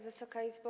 Wysoka Izbo!